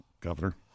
Governor